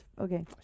okay